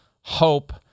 hope